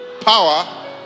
power